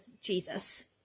Jesus